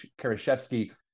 Karashevsky